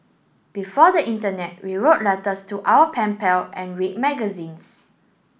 before the internet we wrote letters to our pen pal and read magazines